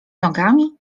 nogami